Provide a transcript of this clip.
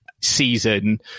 season